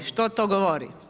Što to govori?